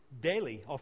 daily